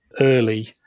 early